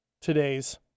today's